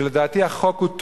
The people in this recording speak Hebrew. שלדעתי החוק הוא טוב,